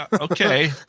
Okay